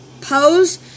pose